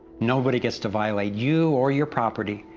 nobody gets to violate you or your property,